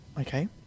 Okay